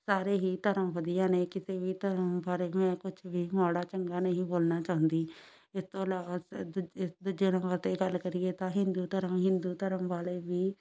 ਸਾਰੇ ਹੀ ਧਰਮ ਵਧੀਆ ਨੇ ਕਿਸੇ ਵੀ ਧਰਮ ਬਾਰੇ ਮੈਂ ਕੁਛ ਵੀ ਮਾੜਾ ਚੰਗਾ ਨਹੀਂ ਬੋਲਣਾ ਚਾਹੁੰਦੀ ਇਸ ਤੋਂ ਇਲਾਵਾ ਦੂਜ ੲਸ ਦੂਜੇ ਨੰਬਰ 'ਤੇ ਗੱਲ ਕਰੀਏ ਤਾਂ ਹਿੰਦੂ ਧਰਮ ਹਿੰਦੂ ਧਰਮ ਵਾਲੇ ਵੀ